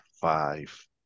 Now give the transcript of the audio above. five